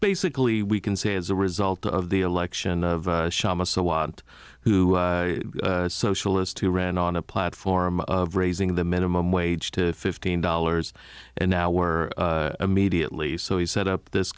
basically we can say as a result of the election of schama so and who socialist who ran on a platform of raising the minimum wage to fifteen dollars an hour immediately so he set up this